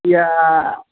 ఇక